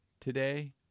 today